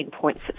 points